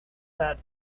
that